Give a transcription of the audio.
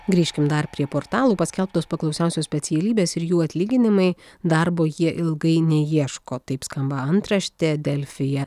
grįžkim dar prie portalų paskelbtos paklausiausios specialybės ir jų atlyginimai darbo jie ilgai neieško taip skamba antraštė delfyje